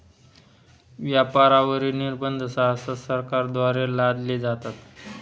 व्यापारावरील निर्बंध सहसा सरकारद्वारे लादले जातात